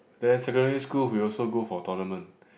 then secondary school we also go for tournament